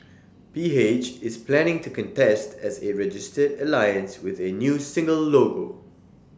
P H is planning to contest as A registered alliance with A new single logo